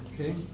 okay